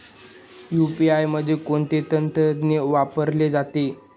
UPI मध्ये कोणते तंत्रज्ञान वापरले जाते?